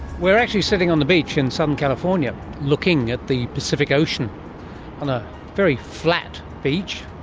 we're actually sitting on the beach in southern california looking at the pacific ocean on a very flat beach,